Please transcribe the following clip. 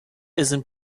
isn’t